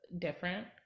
different